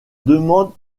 demandes